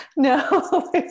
No